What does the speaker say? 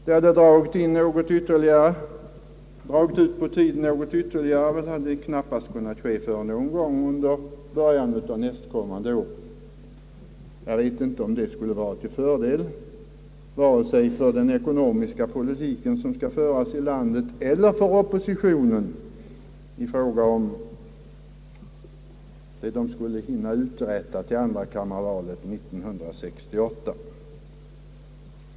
Det hade dragit ut ytterligare på tiden och hade knappast kunnat ske förrän någon gång i början av nästkommande år Jag vet inte om det hade varit till fördel vare sig för den ekonomiska politik, som skall föras i landet, eller till fördel för det som de borgerliga skulle hinna uträtta till andrakammarvalet 1968.